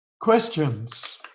Questions